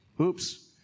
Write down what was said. Oops